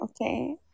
Okay